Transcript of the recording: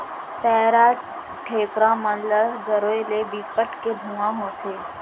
पैरा, ढेखरा मन ल जरोए ले बिकट के धुंआ होथे